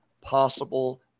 possible